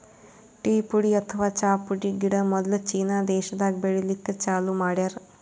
tea ಪುಡಿ ಅಥವಾ ಚಾ ಪುಡಿ ಗಿಡ ಮೊದ್ಲ ಚೀನಾ ದೇಶಾದಾಗ್ ಬೆಳಿಲಿಕ್ಕ್ ಚಾಲೂ ಮಾಡ್ಯಾರ್